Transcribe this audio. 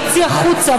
הוציא החוצה,